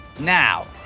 Now